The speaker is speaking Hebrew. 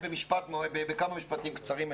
בכמה משפטים קצרים.